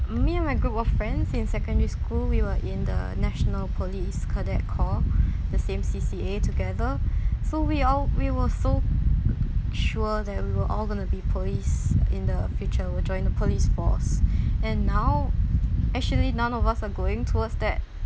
me and my group of friends in secondary school we were in the national police cadet corps the same C_C_A together so we all we were so sure that we're all gonna be police in the future we'll join the police force and now actually none of us are going towards that